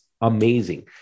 amazing